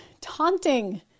taunting